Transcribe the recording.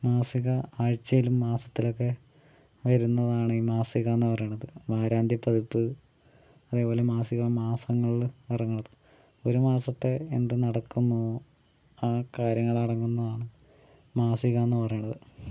മാസിക ആഴ്ചയിലും മാസത്തിലുമൊക്കെ വരുന്നതാണ് ഈ മാസിക എന്ന് പറയുന്നത് വാരാന്ത്യ പതിപ്പ് അതെ പോലെ മാസിക മാസങ്ങളില് ഇറങ്ങണത് ഒരു മാസത്തെ എന്ത് നടക്കുന്നു ആ കാര്യങ്ങൾ അടങ്ങുന്നതാണ് മാസിക എന്ന് പറയുന്നത്